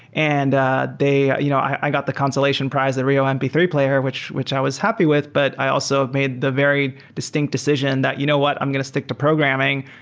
and ah you know i got the consolation prize, the rio m p three player, which which i was happy with, but i also have made the very distinct decision that you know what? i'm going to stick to programming.